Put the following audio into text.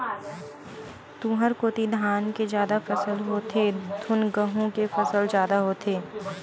तुँहर कोती धान के जादा फसल होथे धुन गहूँ के फसल जादा होथे?